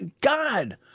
God